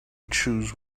choose